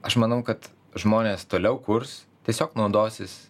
aš manau kad žmonės toliau kurs tiesiog naudosis